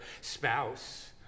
spouse